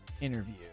Interview